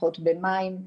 הנחות במים,